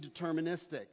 deterministic